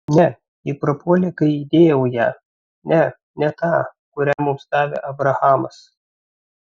ne ji prapuolė kai įdėjau ją ne ne tą kurią mums davė abrahamas